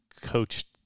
coached